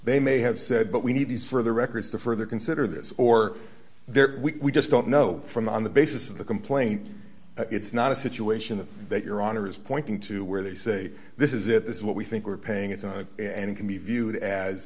they may have said but we need these for the records to further consider this or there we just don't know from on the basis of the complaint it's not a situation that your honor is pointing to where they say this is it is what we think we're paying it's not and can be viewed as